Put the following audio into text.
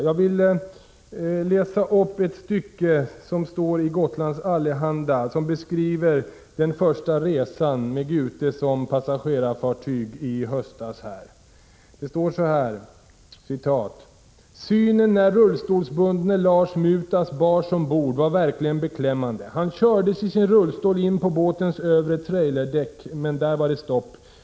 Jag vill läsa upp ett stycke i Gotlands Allehanda som beskriver den första resan med Gute som passagerarfartyg i höstas: ”Synen när rullstolsburne Lars Muthas bars ombord var verkligen beklämmande. Han kördes i sin rullstol in på båtens övre trailerdäck — men där var det stopp.